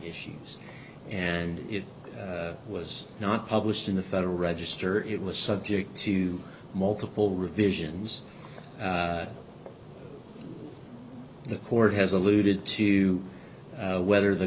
issues and it was not published in the federal register it was subject to multiple revisions the court has alluded to whether the